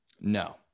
No